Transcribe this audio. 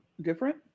Different